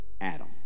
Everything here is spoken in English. Adam